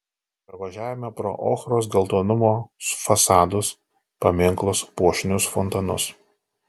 pravažiavome pro ochros geltonumo fasadus paminklus puošnius fontanus